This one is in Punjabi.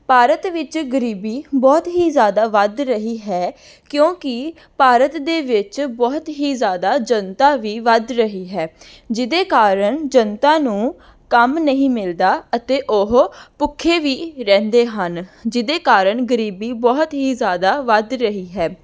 ਭਾਰਤ ਵਿੱਚ ਗਰੀਬੀ ਬਹੁਤ ਹੀ ਜ਼ਿਆਦਾ ਵੱਧ ਰਹੀ ਹੈ ਕਿਉਂਕਿ ਭਾਰਤ ਦੇ ਵਿੱਚ ਬਹੁਤ ਹੀ ਜ਼ਿਆਦਾ ਜਨਤਾ ਵੀ ਵੱਧ ਰਹੀ ਹੈ ਜਿਹਦੇ ਕਾਰਣ ਜਨਤਾ ਨੂੰ ਕੰਮ ਨਹੀਂ ਮਿਲਦਾ ਅਤੇ ਉਹ ਭੁੱਖੇ ਵੀ ਰਹਿੰਦੇ ਹਨ ਜਿਹਦੇ ਕਾਰਣ ਗਰੀਬੀ ਬਹੁਤ ਹੀ ਜ਼ਿਆਦਾ ਵੱਧ ਰਹੀ ਹੈ